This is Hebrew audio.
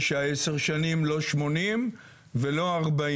9, 10 שנים, לא 80 ולא 40,